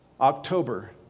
October